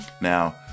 now